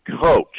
coach